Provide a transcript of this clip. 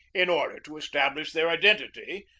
in order to establish their identity,